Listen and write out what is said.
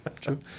True